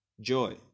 joy